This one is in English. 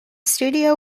studio